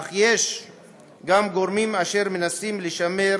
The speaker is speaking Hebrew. אך יש גם גורמים אשר מנסים לשמר